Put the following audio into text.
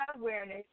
awareness